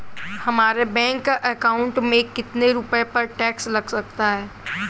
हमारे bank account में कितने रुपये पर टैक्स लग सकता है?